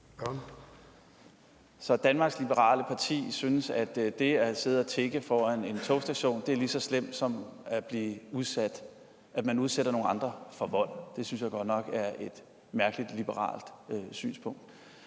Så Danmarks liberale parti synes, at det at sidde og tigge foran en togstation er lige så slemt, som at man udsætter nogle andre for vold. Det synes jeg godt nok er et mærkeligt liberalt synspunkt.